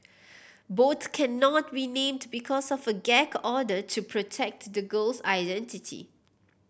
both cannot be named because of a gag order to protect the girl's identity